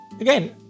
again